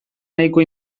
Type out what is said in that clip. nahiko